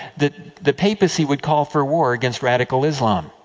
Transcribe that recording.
that the papacy would call for war against radical islam.